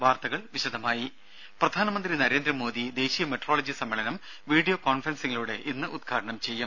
വാർത്തകൾ വിശദമായി പ്രധാനമന്ത്രി നരേന്ദ്രമോദി ദേശീയ മെട്രോളജി സമ്മേളനം വിഡിയോ കോൺഫറൻസിംഗിലൂടെ ഇന്ന് ഉദ്ഘാടനം ചെയ്യും